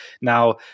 Now